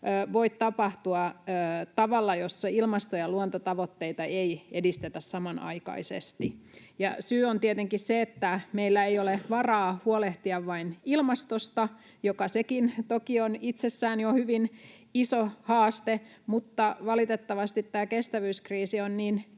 voi tapahtua tavalla, jossa ilmasto- ja luontotavoitteita ei edistetä samanaikaisesti. Syy on tietenkin se, että meillä ei ole varaa huolehtia vain ilmastosta, joka sekin toki on itsessään jo hyvin iso haaste, mutta valitettavasti tämä kestävyyskriisi on niin